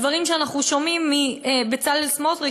הדברים שאנחנו שומעים מבצלאל סמוטריץ,